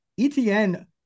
ETN